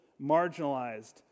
marginalized